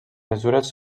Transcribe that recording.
mesures